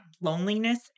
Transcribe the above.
loneliness